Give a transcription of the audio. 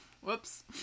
Whoops